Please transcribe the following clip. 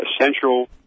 essential